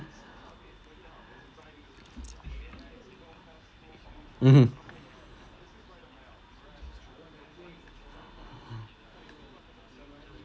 mmhmm